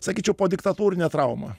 sakyčiau po diktatūrinė trauma